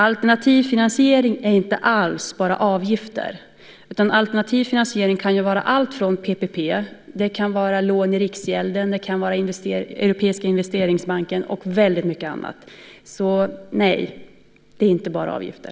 Alternativ finansiering är inte alls bara avgifter. Det kan vara PPP, lån i Riksgälden, Europeiska investeringsbanken och väldigt mycket annat. Nej, det är inte bara avgifter.